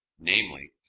namely